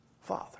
Father